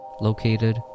located